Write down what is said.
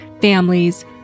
families